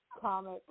comic